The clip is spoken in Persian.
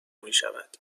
میشود